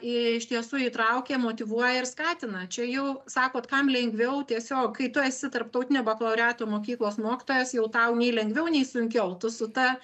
iš tiesų įtraukia motyvuoja ir skatina čia jau sakot kam lengviau tiesiog kai tu esi tarptautinio bakalaureato mokyklos mokytojas jau tau nei lengviau nei sunkiau tu su ta